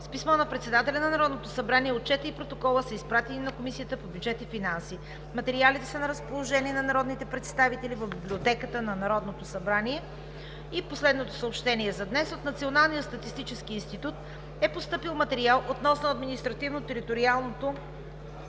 С писмо на председателя на Народното събрание Отчетът и Протоколът са изпратени на Комисията по бюджет и финанси. Материалите са на разположение на народните представители в Библиотеката на Народното събрание. И последното съобщение за днес: от Националния статистически институт е постъпил материал относно административното и териториалното